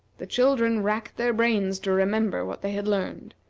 the children racked their brains to remember what they had learned.